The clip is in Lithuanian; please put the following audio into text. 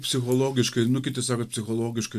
psichologiškai nu kiti sako psichologiškai